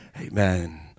Amen